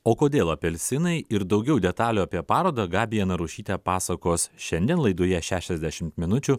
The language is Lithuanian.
o kodėl apelsinai ir daugiau detalių apie parodą gabija narušytė pasakos šiandien laidoje šešiasdešimt minučių